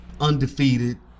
undefeated